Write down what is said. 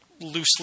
loosely